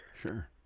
Sure